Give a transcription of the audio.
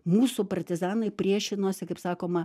mūsų partizanai priešinosi kaip sakoma